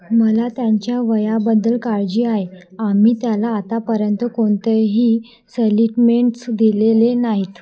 मला त्यांच्या वयाबद्दल काळजी आहे आम्ही त्याला आतापर्यंत कोणतेही सलिटमेंट्स दिलेले नाहीत